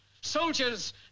Soldiers